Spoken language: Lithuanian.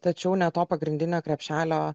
tačiau ne to pagrindinio krepšelio